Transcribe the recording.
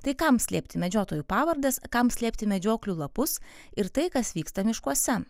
tai kam slėpti medžiotojų pavardes kam slėpti medžioklių lapus ir tai kas vyksta miškuose